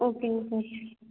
ஓகேங்க கோச்